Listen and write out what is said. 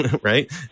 right